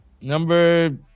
number